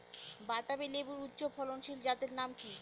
বাতাবি লেবুর উচ্চ ফলনশীল জাতের নাম কি?